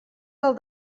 del